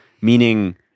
Meaning